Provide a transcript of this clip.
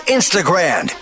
Instagram